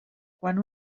quan